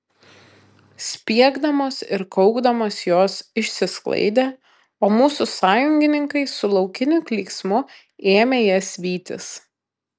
spiegdamos ir kaukdamos jos išsisklaidė o mūsų sąjungininkai su laukiniu klyksmu ėmė jas vytis